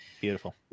Beautiful